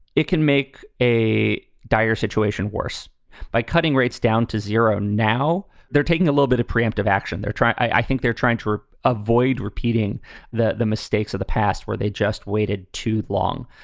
it can make a dire situation worse by cutting rates down to zero. now they're taking a little bit of preemptive action. they're trying. i think they're trying to avoid repeating the the mistakes of the past where they just waited too long.